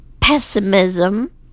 pessimism